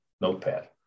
notepad